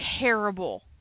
terrible